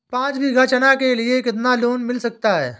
पाँच बीघा चना के लिए कितना लोन मिल सकता है?